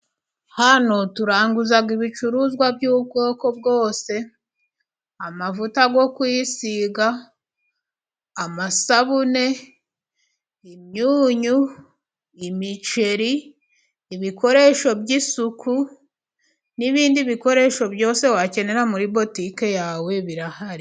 Hano turanguza ibicuruzwa by'ubwoko bwose. Amavuta yo kwisiga, amasabune, imyunyu, imiceri, ibikoresho by'isuku n'ibindi bikoresho byose wakenera muri butike yawe birahari.